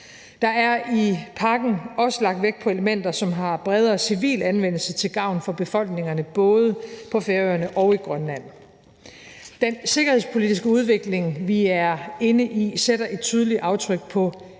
Der er i pakken også lagt vægt på elementer, som har bredere civil anvendelse til gavn for befolkningerne, både på Færøerne og i Grønland. Den sikkerhedspolitiske udvikling, vi er inde i, sætter et tydeligt aftryk på